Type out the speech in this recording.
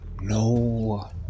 No